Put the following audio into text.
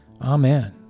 Amen